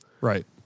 Right